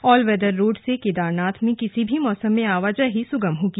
all weather road से केदारनाथ में किसी भी मौसम में आवाजाही सुगम होगी